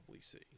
see